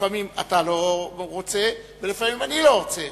לפעמים אתה לא רוצה, ולפעמים אני לא רוצה.